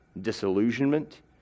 disillusionment